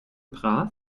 brav